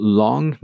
long